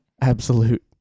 absolute